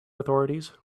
authorities